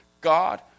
God